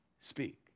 speak